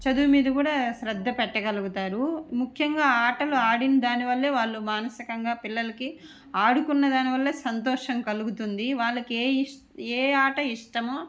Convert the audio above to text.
చదవు మీద కూడా శ్రద్ధ పెట్టగలుగుతారు ముఖ్యంగా ఆటలు ఆడిన దానివల్లే వాళ్ళు మానసికంగా పిల్లలకి ఆడుకునే దాని వల్ల సంతోషం కలుగుతుంది వాళ్ళకి ఏ ఏ ఆట ఇష్టమో